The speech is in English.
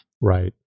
Right